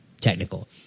technical –